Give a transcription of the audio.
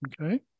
Okay